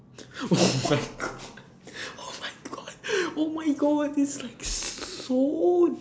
oh my god oh my god oh my god this is like so